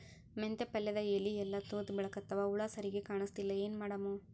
ಮೆಂತೆ ಪಲ್ಯಾದ ಎಲಿ ಎಲ್ಲಾ ತೂತ ಬಿಳಿಕತ್ತಾವ, ಹುಳ ಸರಿಗ ಕಾಣಸ್ತಿಲ್ಲ, ಏನ ಮಾಡಮು?